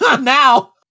Now